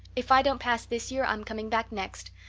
if i don't pass this year i'm coming back next.